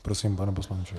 Prosím, pane poslanče.